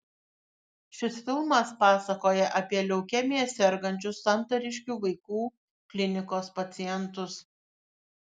šis filmas pasakoja apie leukemija sergančius santariškių vaikų klinikos pacientus